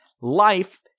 Life